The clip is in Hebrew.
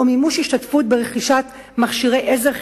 או מימוש השתתפות ברכישת מכשירי עזר חיוניים.